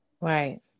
right